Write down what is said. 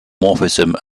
morphism